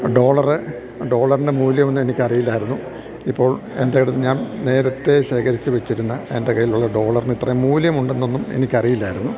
dollar ഡോളറിൻ്റെ മൂല്യമൊന്നും എനിക്കറിയില്ലായിരുന്നു ഇപ്പോൾ എൻ്റെ അടുത്ത് ഞാൻ നേരത്തേ ശേഖരിച്ച് വെച്ചിരുന്ന എൻ്റെ കയ്യിലുള്ള ഡോളറിനിത്രയും മൂല്യമുണ്ടെന്നൊന്നും എനിക്കറിയില്ലായിരുന്നു